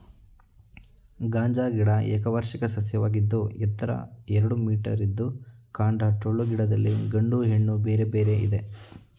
ಗಾಂಜಾ ಗಿಡ ಏಕವಾರ್ಷಿಕ ಸಸ್ಯವಾಗಿದ್ದು ಎತ್ತರ ಎರಡು ಮೀಟರಿದ್ದು ಕಾಂಡ ಟೊಳ್ಳು ಗಿಡದಲ್ಲಿ ಗಂಡು ಹೆಣ್ಣು ಬೇರೆ ಬೇರೆ ಇದೆ